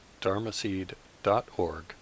dharmaseed.org